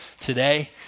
today